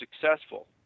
successful